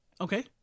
Okay